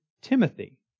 Timothy